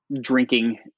drinking